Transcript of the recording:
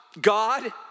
God